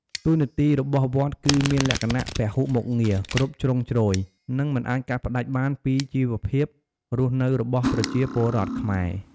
តួនាទីរបស់វត្តគឺមានលក្ខណៈពហុមុខងារ គ្រប់ជ្រុងជ្រោយ និងមិនអាចកាត់ផ្ដាច់បានពីជីវភាពរស់នៅរបស់ប្រជាពលរដ្ឋខ្មែរ។